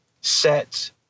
sets